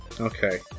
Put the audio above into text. Okay